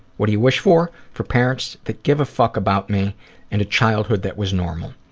what do you wish for? for parents that give a fuck about me and a childhood that was normal.